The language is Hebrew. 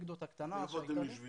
איפה אתם יושבים?